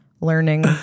learning